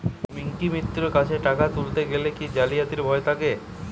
ব্যাঙ্কিমিত্র কাছে টাকা তুলতে গেলে কি জালিয়াতির ভয় থাকে?